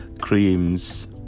creams